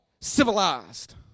civilized